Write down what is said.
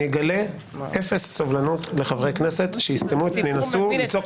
אני אגלה אפס סובלנות לחברי כנסת שינסו לצעוק